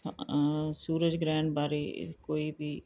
ਸੂਰਜ ਗ੍ਰਹਿਣ ਬਾਰੇ ਕੋਈ ਵੀ